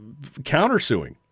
countersuing